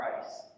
Christ